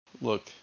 look